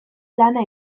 lana